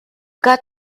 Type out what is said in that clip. got